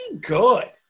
good